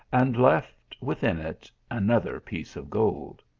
and left within it another piece of gold.